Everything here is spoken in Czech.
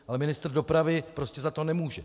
Ale ministr dopravy prostě za to nemůže.